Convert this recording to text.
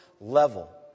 level